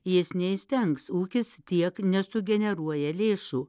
jis neįstengs ūkis tiek nesugeneruoja lėšų